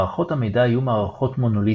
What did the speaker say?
מערכות המידע היו מערכות מונוליתיות,